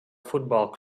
football